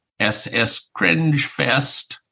sscringefest